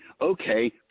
okay